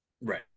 Right